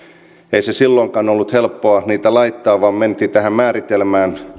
ei se silloinkaan ollut helppoa niitä laittaa vaan mentiin tähän määritelmään